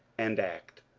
and act,